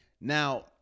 Now